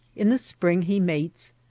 in the spring he mates,